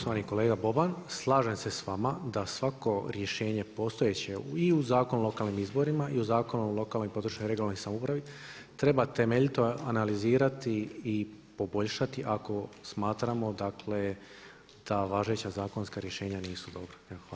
Poštovani kolega Boban, slažem se sa vama da svako rješenje postojeće i u Zakonu o lokalnim izborima i u Zakonu o lokalnoj područnoj regionalnoj samoupravi treba temeljito analizirati i poboljšati ako smatramo, dakle da važeća zakonska rješenja nisu dobra.